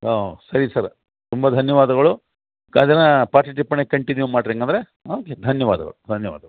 ಓಆಂ ಸರಿ ಸರ್ ತುಂಬ ಧನ್ಯವಾದಗಳು ಆ ದಿನ ಪಾಠ ಟಿಪ್ಪಣಿ ಕಂಟಿನ್ಯೂ ಮಾಡ್ರಿ ಹಾಗಂದ್ರೆ ಓಕೆ ಧನ್ಯವಾದಗಳು ಧನ್ಯವಾದಗಳು